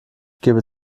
gebe